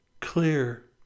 clear